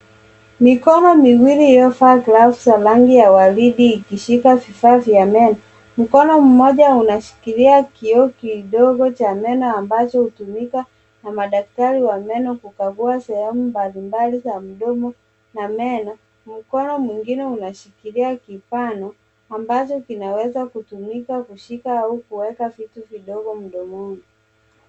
Mikono miwili iliyovaa glavu za rangi ya waridi ikishika vifaa vya meno. Mkono mmoja unashikilia kioo kidogo cha meno ambacho hutumika na madktari wa meno kukagua sehemu mbalimbali za mdomo na meno. Mkono mwinine unashikilia kibano ambacho kinaweza kutumika kushika au kuweka vitu vidogo mdomoni.